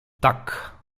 tak